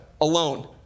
alone